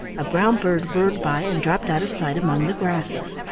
a brown bird whirred by and dropped out of sight among the grasses.